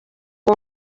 uwo